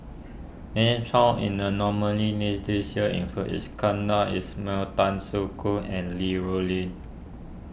names found in the nominees' list this year include Iskandar Ismail Tan Soo Khoon and Li Rulin